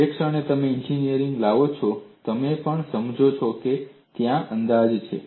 જે ક્ષણે તમે એન્જિનિયરિંગ લાવો છો તમે પણ સમજો છો કે ત્યાં અંદાજ છે